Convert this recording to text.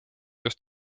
just